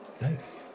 nice